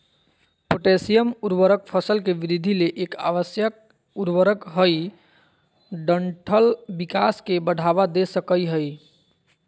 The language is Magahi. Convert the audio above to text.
पोटेशियम उर्वरक फसल के वृद्धि ले एक आवश्यक उर्वरक हई डंठल विकास के बढ़ावा दे सकई हई